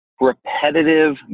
repetitive